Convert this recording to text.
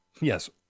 Yes